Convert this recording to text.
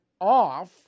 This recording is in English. off